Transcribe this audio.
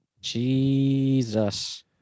Jesus